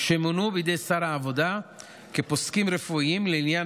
שמונו בידי שר העבודה כפוסקים רפואיים לעניין